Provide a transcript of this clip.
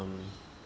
mm